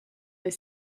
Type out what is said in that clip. les